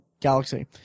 galaxy